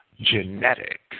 genetic